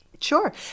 Sure